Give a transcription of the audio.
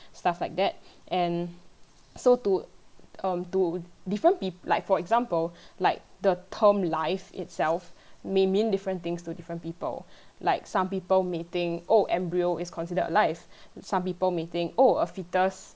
stuff like that and so to um to different pe~ like for example like the term life itself may mean different things to different people like some people may think oh embryo is considered a life and some people may think oh a fetus